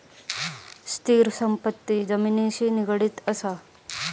स्थिर संपत्ती जमिनिशी निगडीत असा